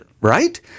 right